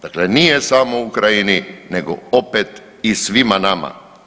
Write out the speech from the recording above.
Dakle, nije samo Ukrajini nego opet i svima nama.